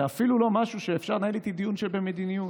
זה אפילו לא משהו שאפשר לנהל איתי דיון של מדיניות.